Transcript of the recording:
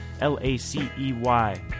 L-A-C-E-Y